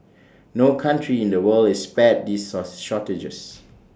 no country in the world is spared these shortages